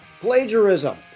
plagiarism